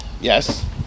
yes